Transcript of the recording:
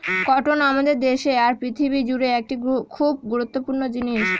cotton আমাদের দেশে আর পৃথিবী জুড়ে একটি খুব গুরুত্বপূর্ণ জিনিস